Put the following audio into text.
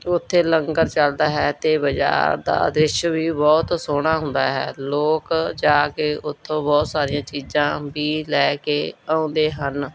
ਅਤੇ ਉੱਥੇ ਲੰਗਰ ਚੱਲਦਾ ਹੈ ਅਤੇ ਬਜ਼ਾਰ ਦਾ ਦ੍ਰਿਸ਼ ਵੀ ਬਹੁਤ ਸੋਹਣਾ ਹੁੰਦਾ ਹੈ ਲੋਕ ਜਾ ਕੇ ਉੱਥੋਂ ਬਹੁਤ ਸਾਰੀਆਂ ਚੀਜ਼ਾਂ ਵੀ ਲੈ ਕੇ ਆਉਂਦੇ ਹਨ